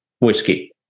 whiskey